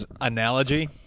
Analogy